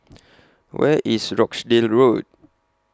Where IS Rochdale Road